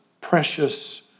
precious